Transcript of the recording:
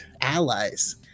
allies